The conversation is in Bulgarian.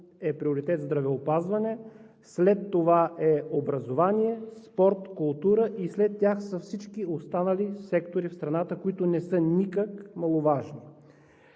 е сектор „Здравеопазване“, след това „Образование“, „Спорт“, „Култура“, а след тях са всички останали сектори в страната, които не са никак маловажни.